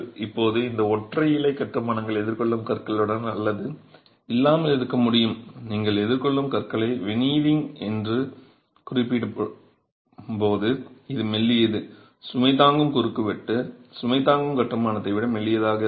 இப்போது இந்த ஒற்றை இலை கட்டுமானங்கள் எதிர்கொள்ளும் கற்களுடன் அல்லது இல்லாமல் இருக்க முடியும் மற்றும் நீங்கள் எதிர்கொள்ளும் கற்களை வெனீரிங் என்றும் குறிப்பிடும்போது இது மெல்லியது சுமை தாங்கும் குறுக்குவெட்டு சுமை தாங்கும் கட்டுமானத்தை விட மெல்லியதாக இருக்கும்